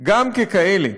גם ככאלה.